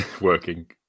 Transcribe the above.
Working